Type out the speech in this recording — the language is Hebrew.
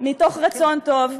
מתוך רצון טוב,